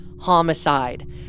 homicide